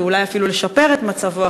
ואולי אפילו לשפר את מצבם,